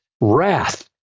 wrath